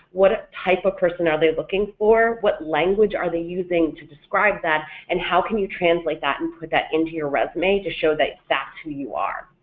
what type of person are they looking for? what language are they using to describe that, and how can you translate that and put that into your resume to show that that's who you are?